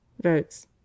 Votes